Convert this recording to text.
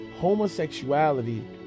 homosexuality